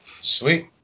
Sweet